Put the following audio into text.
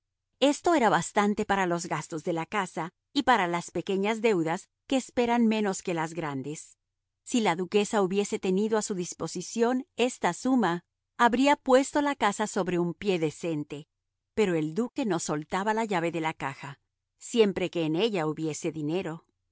esto era bastante para los gastos de la casa y para las pequeñas deudas que esperan menos que las grandes si la duquesa hubiese tenido a su disposición esta suma habría puesto la casa sobre un pie decente pero el duque no soltaba la llave de la caja siempre que en ella hubiese dinero